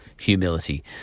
Humility